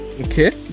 okay